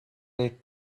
makes